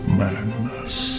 madness